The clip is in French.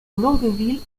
longueville